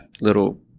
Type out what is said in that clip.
little